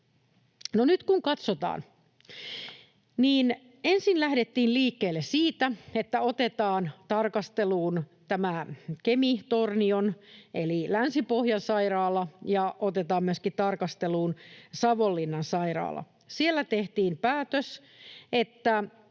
nyt kun katsotaan, niin ensin lähdettiin liikkeelle siitä, että otetaan tarkasteluun tämä Kemi—Tornion eli Länsi-Pohjan sairaala ja otetaan myöskin tarkasteluun Savonlinnan sairaala. Siellä tehtiin päätös,